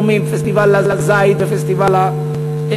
תורמים: פסטיבל הזית ופסטיבל ה,